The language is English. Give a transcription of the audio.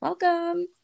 Welcome